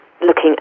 looking